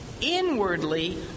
inwardly